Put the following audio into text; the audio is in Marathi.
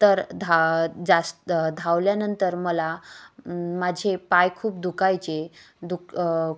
तर धा जास्त धावल्यानंतर मला माझे पाय खूप दुखायचे दुख